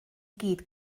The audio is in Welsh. gyd